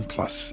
Plus